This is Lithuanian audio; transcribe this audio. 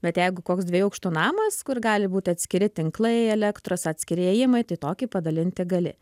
bet jeigu koks dviejų aukštų namas kur gali būti atskiri tinklai elektros atskiri įėjimai tai tokį padalinti gali